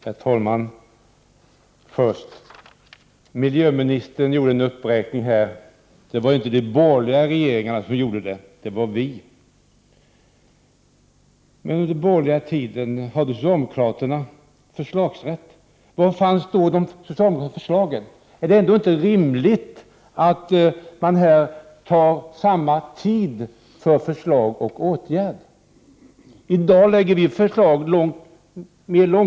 Herr talman! Miljöministern gjorde en uppräkning: Det var inte de borgerliga regeringarna som gjorde det, det var vi. Men under den borgerliga tiden hade socialdemokraterna förslagsrätt. Var fanns då de socialdemokratiska förslagen? Är det inte rimligt att ta upp samma tid för förslag och åtgärd? I dag lägger vi fram förslag som är mer långtgående än socialdemo Prot.